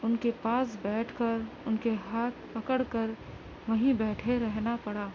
ان کے پاس بیٹھ کر ان کے ہاتھ پکڑ کر وہیں بیٹھے رہنا پڑا